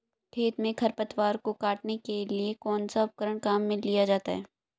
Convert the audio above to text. खेत में खरपतवार को काटने के लिए कौनसा उपकरण काम में लिया जाता है?